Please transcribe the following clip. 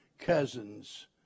cousins